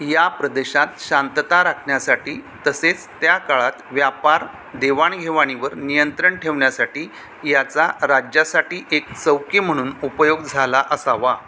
या प्रदेशात शांतता राखण्यासाठी तसेस त्या काळात व्यापार देवाणघेवाणीवर नियंत्रण ठेवण्यासाठी याचा राज्यासाठी एक चौकी म्हणून उपयोग झाला असावा